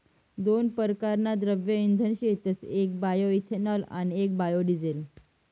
दोन परकारना द्रव्य इंधन शेतस येक बायोइथेनॉल आणि बायोडिझेल